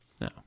No